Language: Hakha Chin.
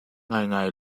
ngaingai